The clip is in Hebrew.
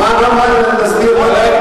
מה, מה להסביר לכם?